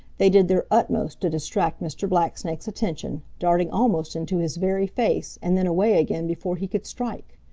they did their utmost to distract mr. blacksnake's attention, darting almost into his very face and then away again before he could strike.